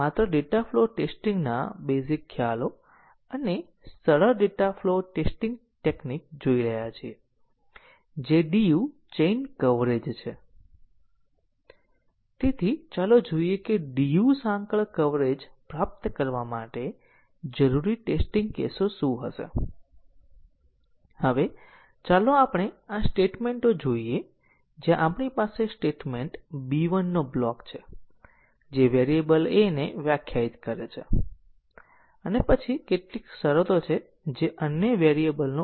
તેથી અમે ટેસ્ટીંગ કેસોની સંખ્યાનો સંકેત આપીએ છીએ ઈન્ડીપેન્ડન્ટ માર્ગોના કવરેજની બાંયધરી આપવા માટે રચાયેલ છે અને સાયક્લોમેટિક મેટ્રિક નક્કી કરવાની બીજી રીત પણ છે ફક્ત પ્રોગ્રામને જુઓ CFGને પણ જોવાની જરૂર નથી માત્ર પ્રેગ્રામનું દૃષ્ટિની ટેસ્ટીંગ કરો કેટલા શાખા અભિવ્યક્તિઓ છે તે શોધો ત્યાં વત્તા 1 જે તમને સાયક્લોમેટિક મેટ્રિક પણ આપશે